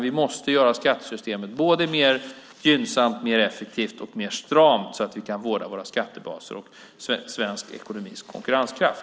Vi måste göra skattesystemet gynnsammare, effektivare och stramare, så att vi kan vårda våra skattebaser och svensk ekonomis konkurrenskraft.